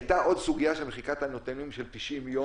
הייתה עוד סוגיה של מחיקת הנתונים של 90 יום,